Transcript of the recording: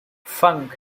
funk